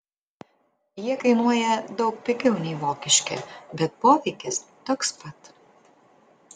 jie kainuoja daug pigiau nei vokiški bet poveikis toks pat